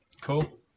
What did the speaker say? Cool